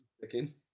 Second